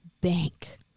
bank